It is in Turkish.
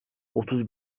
otuz